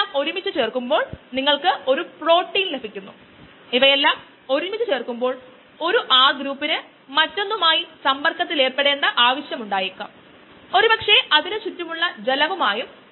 തത്ഫലമായുണ്ടാകുന്ന ഭൌതിക സമവാക്യം ആദ്യത്തേതിൽ ഒന്ന് മാറ്റം വരുത്തി രണ്ടാമത്തെ കേസിൽ മറ്റൊന്ന് പരിഷ്ക്കരിച്ചു മൂന്നാമത്തെ കേസിൽ രണ്ടും പരിഷ്ക്കരിച്ചു അതിനാൽ ഇതൊക്കെയാണ് നമ്മൾ മനസിലാക്കിയത്